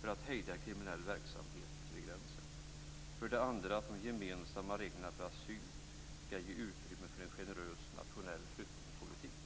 för att hejda kriminell verksamhet vid gränsen. För det andra skulle de gemensamma reglerna för asyl ge utrymme för en generös nationell flyktingpolitik.